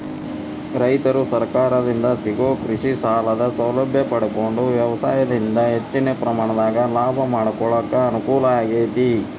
ರೈತರು ಸರಕಾರದಿಂದ ಸಿಗೋ ಕೃಷಿಸಾಲದ ಸೌಲಭ್ಯ ಪಡಕೊಂಡು ವ್ಯವಸಾಯದಿಂದ ಹೆಚ್ಚಿನ ಪ್ರಮಾಣದಾಗ ಲಾಭ ಮಾಡಕೊಳಕ ಅನುಕೂಲ ಆಗೇತಿ